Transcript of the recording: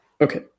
Okay